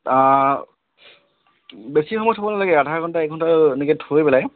বেছি সময় থ'ব নালাগে আধা ঘণ্টা এঘণ্টা এনেকৈ থৈ পেলাই